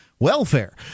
Welfare